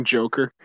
Joker